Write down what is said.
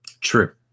True